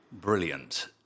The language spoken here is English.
brilliant